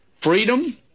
freedom